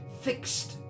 fixed